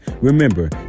Remember